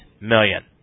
million